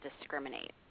discriminate